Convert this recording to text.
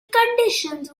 conditions